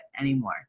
anymore